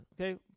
Okay